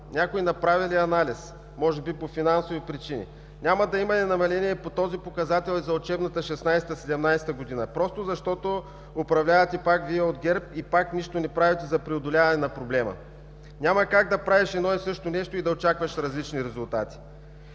Някой направи ли анализ? Може би по финансови причини. Няма да има намаление и по този показател за учебната 2016/2017 г. просто защото управлявате пак Вие от ГЕРБ и пак нищо не правите за преодоляване на проблема. Няма как да правиш едно и също нещо и да очакваш различни резултати.